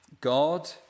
God